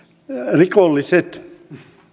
rikolliset